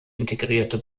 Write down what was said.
integrierte